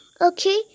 Okay